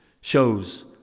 shows